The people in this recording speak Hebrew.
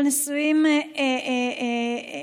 אבל נשואים אזרחית,